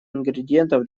ингредиентов